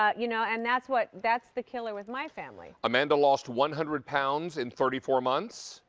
ah you know, and that's what that's the killer with my family. amanda lost one hundred pounds in thirty four months.